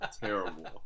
Terrible